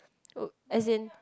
oh as in